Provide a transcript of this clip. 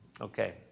okay